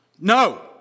No